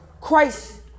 Christ